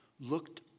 looked